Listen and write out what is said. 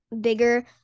bigger